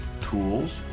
tools